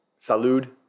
Salud